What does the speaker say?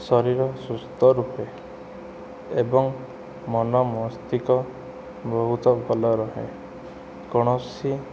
ଶରୀର ସୁସ୍ଥ ରହେ ଏବଂ ମନ ମସ୍ତିଷ୍କ ବହୁତ ଭଲ ରହେ କୌଣସି